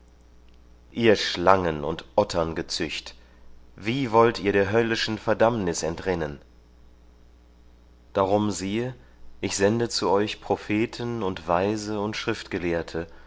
ihr schlangen und otterngezücht wie wollt ihr der höllischen verdammnis entrinnen darum siehe ich sende zu euch propheten und weise und